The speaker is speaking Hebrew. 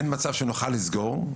אין מצב שנוכל לסגור,